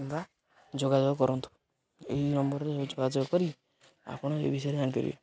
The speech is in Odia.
ବା ଯୋଗାଯୋଗ କରନ୍ତୁ ଏହି ନମ୍ବରରେ ଯୋଗାଯୋଗ କରି ଆପଣ ଏ ବିଷୟରେ ଜାଣିପାରିବେ